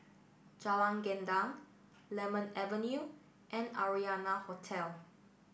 Jalan Gendang Lemon Avenue and Arianna Hotel